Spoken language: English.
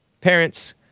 parents